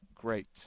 great